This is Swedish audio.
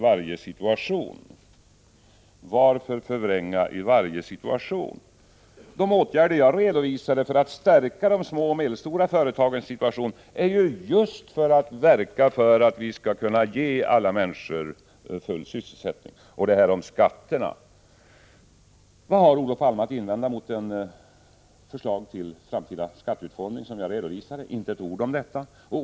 Varför förvränga i varje situation? De åtgärder jag redovisade för att stärka de små och medelstora företagens situation är till just för att vi skall kunna ge alla människor full sysselsättning. Sedan till skatterna. Vad har Olof Palme att invända mot det förslag till framtida skatteutformning som jag redovisade? Han säger inte ett ord om detta.